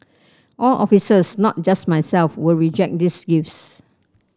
all officers not just myself will reject these gifts